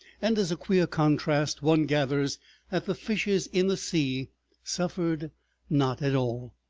and as a queer contrast one gathers that the fishes in the sea suffered not at all.